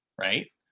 right